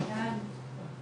תודה רבה